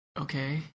Okay